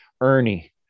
ernie